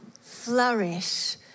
flourish